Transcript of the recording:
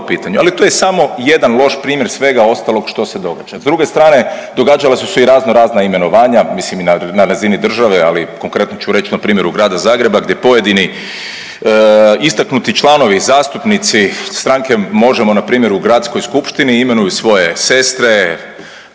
Ali to je samo jedan loš primjer svega ostalog što se događa. S druge strane događala su se i razno razna imenovanja, mislim i na razini države, ali konkretno ću reći na primjeru Grada Zagreba gdje pojedini istaknuti članovi, zastupnici stranke MOŽEMO na primjer u Gradskoj skupštini imenuju svoje sestre,